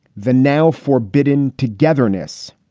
the now forbidden togetherness,